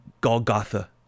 Golgotha